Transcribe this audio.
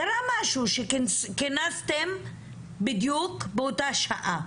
קרה משהו שכינסתם בדיוק באותה שעה.